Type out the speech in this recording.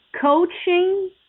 coaching